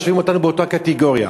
משווים אותנו באותה קטגוריה.